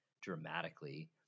dramatically